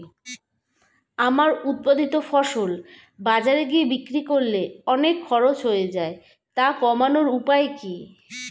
আমার উৎপাদিত ফসল বাজারে গিয়ে বিক্রি করলে অনেক খরচ হয়ে যায় তা কমানোর উপায় কি?